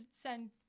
send